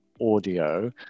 audio